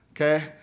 Okay